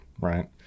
right